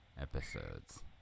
episodes